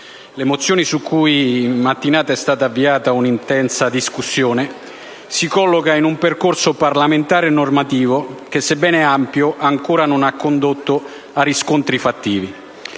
Le mozioni, su cui in mattinata è stata avviata un'intensa discussione, si collocano in un percorso parlamentare e normativo che - sebbene ampio - ancora non ha condotto a riscontri fattivi,